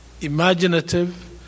imaginative